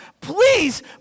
Please